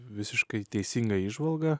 visiškai teisinga įžvalga